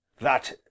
That